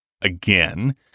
again